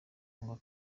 ngo